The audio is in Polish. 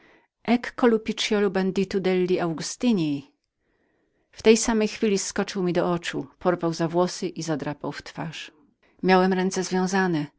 lu piciolu banditu delli augustini w tej samej chwili skoczył mi do oczu porwał za włosy i zadrapał w twarz miałem ręce związane